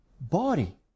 body